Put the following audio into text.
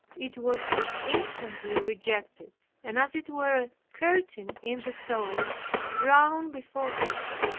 it was instantly rejected, and as it were a curtain in the soul drawn before it.